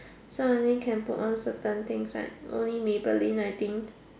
so I only can put on certain things like only Maybelline I think